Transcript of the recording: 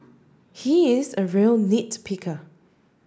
he is a real nit picker